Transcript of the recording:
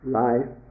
life